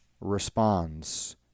responds